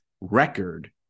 record